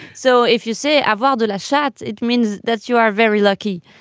so if you say i value the shots it means that you are very lucky.